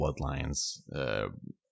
bloodlines